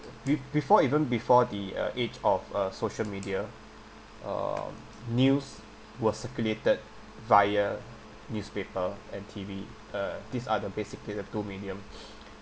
bef~ before even before the uh age of uh social media err news was circulated via newspaper and T_V uh these are the basically the two medium